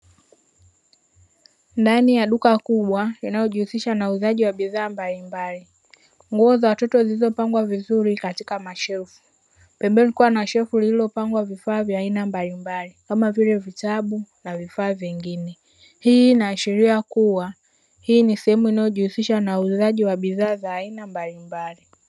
Ndani ya duka kubwa linalojihusisha na uuzaji wa bidhaa mbalimbali; nguo za watoto zilizopangwa vizuri katika mashelfu, pembeni kukiwa na shelfu lililopangwa vifaa vya aina mbalimbali kama vile vitabu na vifaa vingine. Hii inaashiria kuwa hii ni sehemu inayojihusisha na uuzaji wa bidhaa za aina mbalimbali.